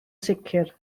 sicr